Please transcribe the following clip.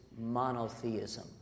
monotheism